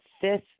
fifth